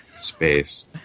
space